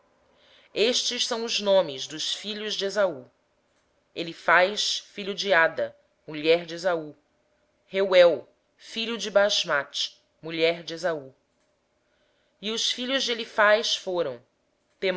estes são os nomes dos filhos de esaú elifaz filho de ada mulher de esaú reuel filho de basemate mulher de esaú e os filhos de elifaz foram